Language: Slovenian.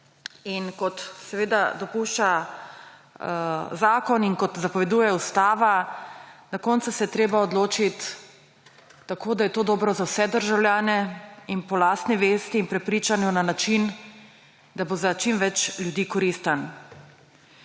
Kot dopušča zakon in kot zapoveduje ustava, na koncu se je treba odločiti tako, da je to dobro za vse državljane, po lastni vesti in prepričanju na način, da bo za čim več ljudi koristen.